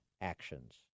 actions